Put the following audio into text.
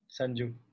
Sanju